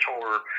tour